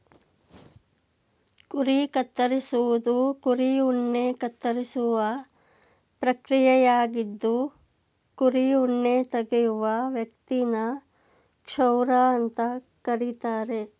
ಕುರಿ ಕತ್ತರಿಸುವುದು ಕುರಿ ಉಣ್ಣೆ ಕತ್ತರಿಸುವ ಪ್ರಕ್ರಿಯೆಯಾಗಿದ್ದು ಕುರಿ ಉಣ್ಣೆ ತೆಗೆಯುವ ವ್ಯಕ್ತಿನ ಕ್ಷೌರ ಅಂತ ಕರೀತಾರೆ